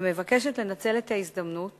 ומבקשת לנצל את ההזדמנות